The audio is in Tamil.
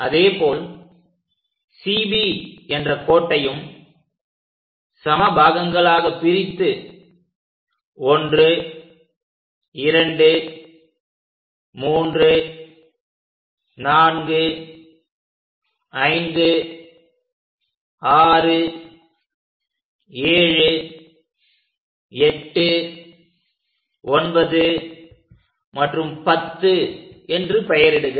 அதேபோல் CB என்ற கோட்டையும் சம பாகங்களாகப் பிரித்து 123456789 மற்றும் 10 என்று பெயரிடுக